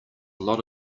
lot